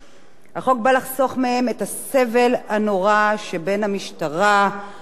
החוק בא לחסוך להם את הסבב הנורא שבין המשטרה והחקירה,